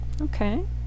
Okay